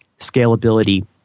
scalability